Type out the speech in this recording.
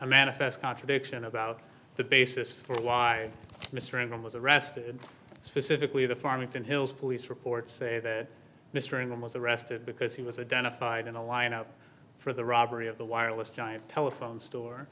manifest contradiction about the basis for why mr ingham was arrested specifically the farmington hills police reports say that mr ingham was arrested because he was identified in a lineup for the robbery of the wireless giant telephone store